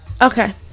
okay